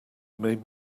made